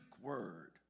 word